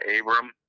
Abram